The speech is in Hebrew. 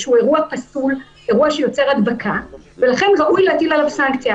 שהוא פסול ויוצר הדבקה ולכן ראוי להטיל עליו סנקציה.